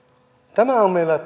tämä on meillä